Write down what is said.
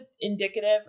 indicative